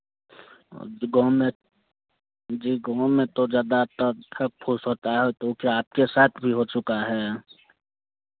जी गाँव में जी गाँव में तो ज़्यादातर ठक फुस होता है तो क्या आपके साथ भी हो चुका है